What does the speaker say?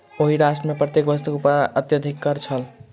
ओहि राष्ट्र मे प्रत्येक वस्तु पर अत्यधिक कर छल